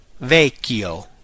Vecchio